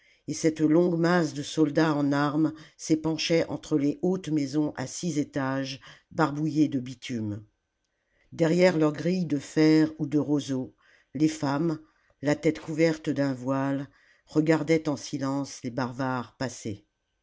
et cette longue masse de soldats en armes s'épanchait entre les hautes maisons à six étages barbouillées de bitume derrière leurs grilles de fer ou de roseaux les femmes la tête couverte d'un voile regardaient en silence les barbares passer